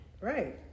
Right